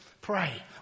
Pray